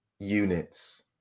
units